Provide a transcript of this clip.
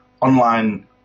online